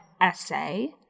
essay